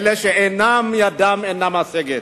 אלה שידם אינה משגת,